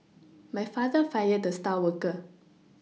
my father fired the star worker